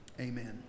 Amen